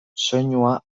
soinua